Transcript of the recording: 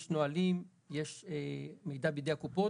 יש נהלים, יש מידע בידי הקופות.